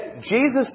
Jesus